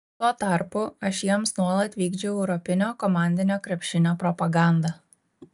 tuo tarpu aš jiems nuolat vykdžiau europinio komandinio krepšinio propagandą